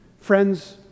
friends